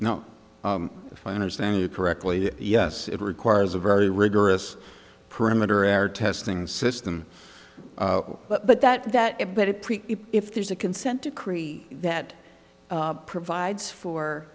now if i understand you correctly yes it requires a very rigorous perimeter air testing system but that that if but it if there's a consent decree that provides for